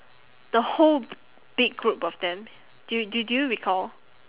the whole b~ big group of them do do do you recall